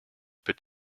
peut